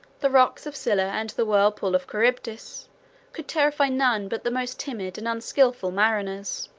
the rocks of scylla, and the whirlpool of charybdis, could terrify none but the most timid and unskilful mariners.